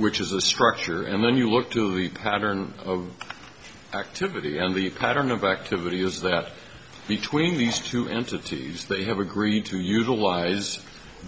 which is a structure and then you look to the pattern of activity and the pattern of activity is that between these two entities they have agreed to utilize